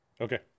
Okay